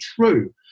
true